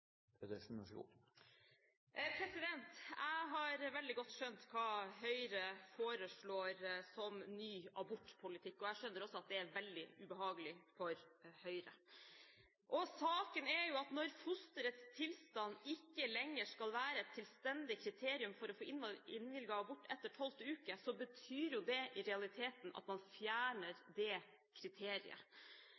Jeg har skjønt veldig godt hva Høyre foreslår som ny abortpolitikk, og jeg skjønner også at det er veldig ubehagelig for Høyre. Når fosterets tilstand ikke lenger skal være et selvstendig kriterium for å få innvilget abort etter tolvte uke, betyr det i realiteten at man fjerner